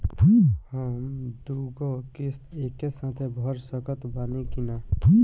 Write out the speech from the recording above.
हम दु गो किश्त एके साथ भर सकत बानी की ना?